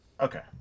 okay